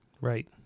right